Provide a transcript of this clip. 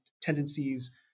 tendencies